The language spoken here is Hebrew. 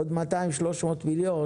עוד 200 300 מיליון,